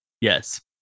yes